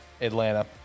Atlanta